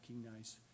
recognize